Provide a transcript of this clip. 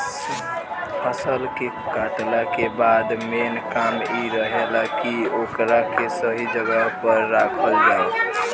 फसल के कातला के बाद मेन काम इ रहेला की ओकरा के सही जगह पर राखल जाव